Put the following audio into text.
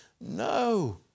No